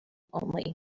only